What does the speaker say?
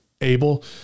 able